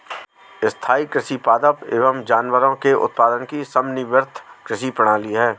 स्थाईं कृषि पादप एवं जानवरों के उत्पादन की समन्वित कृषि प्रणाली है